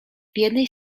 jednej